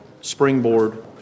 springboard